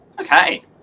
Okay